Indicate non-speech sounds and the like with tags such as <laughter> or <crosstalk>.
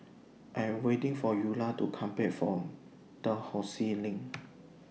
I Am waiting For Eulah to Come Back from Dalhousie Lane <noise>